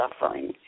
suffering